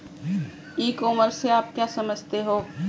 ई commerce से आप क्या समझते हो?